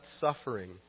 suffering